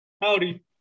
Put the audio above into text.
howdy